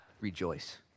Rejoice